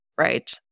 Right